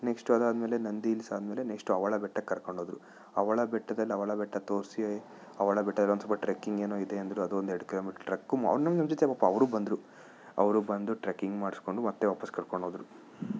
next ಅದಾದ್ಮೇಲೆ Nandi hills ಆದ್ಮೇಲೆ next ಅವಳ ಬೆಟ್ಟಕ್ಕೆ ಕರ್ಕೊಂಡು ಹೋದರು ಅವಳ ಬೆಟ್ಟದಲ್ಲಿ ಅವಳ ಬೆಟ್ಟ ತೋರಿಸಿ ಅವಳ ಬೆಟ್ಟದಲ್ಲಿ ಒಂದು ಸ್ವಲ್ಪ ಟ್ರಕ್ಕಿಂಗ್ ಏನೋ ಇದೆ ಅಂದರು ಅದೊಂದು ಎರಡು ಕಿಲೋಮೀಟ್ರ್ ಟ್ರಕ್ಕು ಅವ್ರೂ ನಮ್ಮ ಜೊತೆ ಪಾಪ ಅವರು ಬಂದರು ಅವ್ರು ಬಂದು ಟ್ರಕ್ಕಿಂಗ್ ಮಾಡಿಸ್ಕೊಂಡು ಮತ್ತೆ ವಾಪಾಸ್ ಕರ್ಕೊಂಡು ಹೋದರು